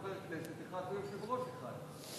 חבר כנסת אחד ויושב-ראש אחד.